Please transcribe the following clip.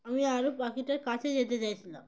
আমি আরও পাখিটার কাছে যেতে চাইছিলাম